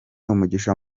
umugisha